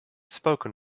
spoken